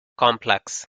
complex